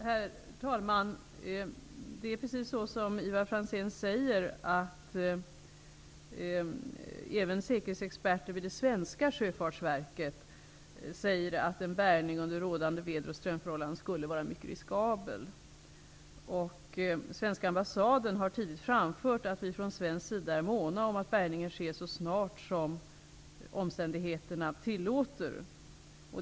Herr talman! Det är precis så som Ivar Franzén säger. Även säkerhetsexperter vid det svenska sjöfartsverket säger att en bärgning under rådande väder och strömförhållanden skulle vara mycket riskabel. Svenska ambassaden har tidigt framfört att vi från svensk sida är måna om att bärgningen sker så snart som omständigheterna tillåter.